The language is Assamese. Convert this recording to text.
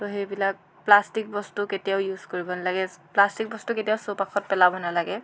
ত' সেইবিলাক প্লাষ্টিক বস্তু কেতিয়াও ইউজ কৰিব নালাগে প্লাষ্টিক বস্তু কেতিয়াও চৌপাশত পেলাব নালাগে